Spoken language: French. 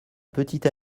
petite